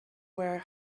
were